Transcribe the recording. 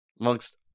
amongst